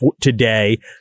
today